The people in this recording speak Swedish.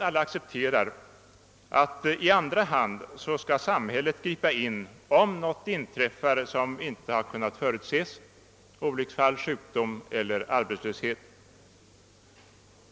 Alla accepterar vi nog också att samhället i andra hand skall ingripa om något oförutsett inträffar — olycksfall, sjukdom eller arbetslöshet.